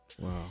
Wow